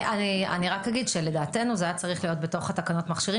אני רק אגיד שלדעתנו זה היה צריך להיות בתוך תקנות המכשירים,